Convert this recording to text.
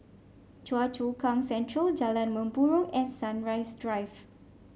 Choa Chu Kang Central Jalan Mempurong and Sunrise Drive